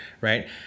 right